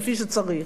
כפי שצריך.